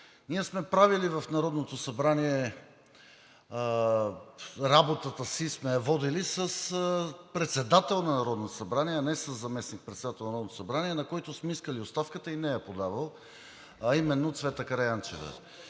Ние сме правили в Народното събрание, работата си сме я водили с председател на Народното събрание, а не със заместник-председател на Народното събрание, на когото сме искали оставката и не я е подавал, а именно Цвета Караянчева.